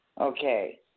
Okay